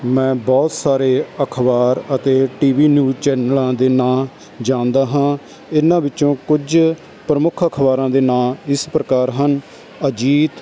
ਮੈਂ ਬਹੁਤ ਸਾਰੇ ਅਖਬਾਰ ਅਤੇ ਟੀ ਵੀ ਨਿਊਜ ਚੈਨਲਾਂ ਦੇ ਨਾਂ ਜਾਣਦਾ ਹਾਂ ਇਹਨਾਂ ਵਿੱਚੋਂ ਕੁਝ ਪ੍ਰਮੁੱਖ ਅਖਬਾਰਾਂ ਦੇ ਨਾਂ ਇਸ ਪ੍ਰਕਾਰ ਹਨ ਅਜੀਤ